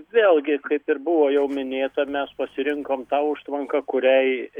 vėlgi kaip ir buvo jau minėta mes pasirinkom tą užtvanką kuriai